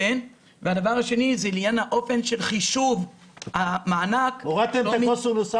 2. לעניין אופן חישוב המענק ---- הורדתם את הקוסינוס אלפא?